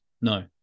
no